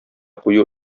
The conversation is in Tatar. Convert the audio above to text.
кую